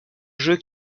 jeu